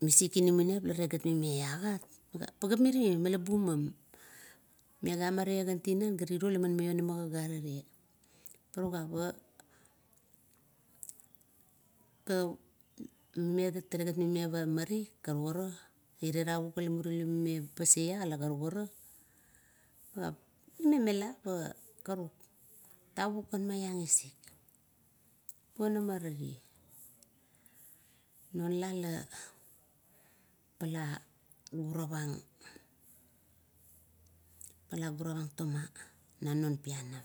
misik inamaniap talegat maime agat tuga tuga pageap miri labumam megagan marie gan tinan, gaman maiona garerea. Pa tuga pa tale gat mak. karukara pa ire tavuk ila muri lamime paseaia, la karukara: pa mime mela, pa karuk, tavuk kan maing isik ponamara tie. Non la le pala ioravang pala guravang to ma na na non pianam.